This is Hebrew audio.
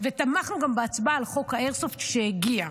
ותמכנו גם בהצבעה על חוק האיירסופט כשהגיע,